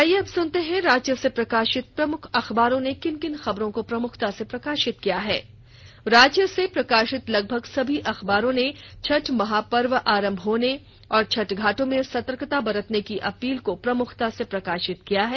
आईये अब सुनते हैं राज्य से प्रकाशित प्रमुख अखबारों ने किन किन खबरों को प्रमुखता से प्रकाशित किया है राज्य से प्रकाशित लगभग सभी अखबारों ने छठ महापर्व आरंभ होने और छठ घाटों में सतर्कता बरतने की अपील को प्रमुखता से प्रकाशित किया है